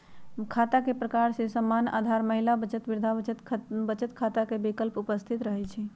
खता के प्रकार में सामान्य, आधार, महिला, वृद्धा बचत खता के विकल्प उपस्थित रहै छइ